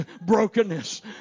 brokenness